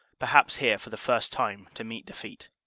perhaps here for the first time to meet defeat.